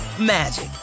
magic